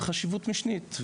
חשיבות משנית.